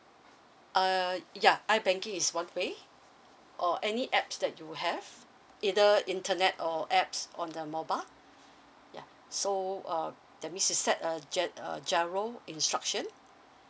err ya i banking is one way or any apps that you have either internet or apps on the mobile ya so uh that means you set a ge~ uh GIRO instruction